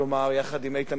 יחד עם איתן כבל,